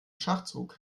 schachzug